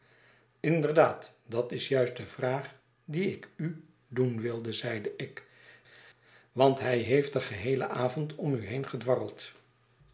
inderdaad dat is juist de vraag die ik u doen wilde zeide ik want hij heefb den geheelen avond